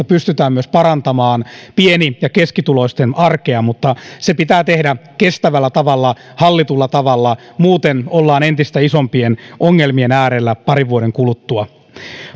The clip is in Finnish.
pystytään myös parantamaan pieni ja keskituloisten arkea mutta se pitää tehdä kestävällä tavalla hallitulla tavalla muuten ollaan entistä isompien ongelmien äärellä parin vuoden kuluttua